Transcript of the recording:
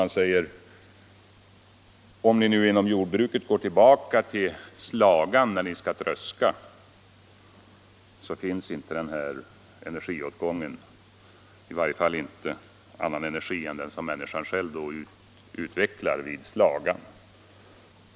Han säger: Om ni nu inom jordbruket går tillbaka till slagan när ni skall tröska, så blir det inte den energiåtgången, då åtgår inte annan energi än den som människan själv utvecklar vid slagan.